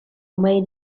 made